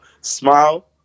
smile